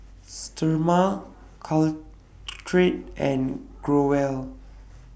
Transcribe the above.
Sterimar Caltrate and Growell